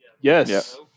Yes